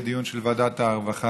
יהיה דיון המשך בוועדת הרווחה.